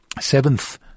seventh